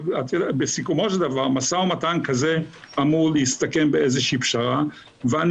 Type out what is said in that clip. אבל בסיכומו של דבר משא ומתן כזה אמור להסתכם באיזו שהיא פשרה ואני